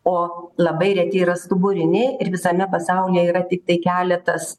o labai reti yra stuburiniai ir visame pasaulyje yra tiktai keletas